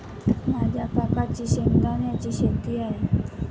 माझ्या काकांची शेंगदाण्याची शेती आहे